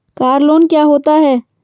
Car loan क्या होता है?